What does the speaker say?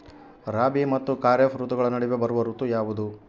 ರಾಬಿ ಮತ್ತು ಖಾರೇಫ್ ಋತುಗಳ ನಡುವೆ ಬರುವ ಋತು ಯಾವುದು?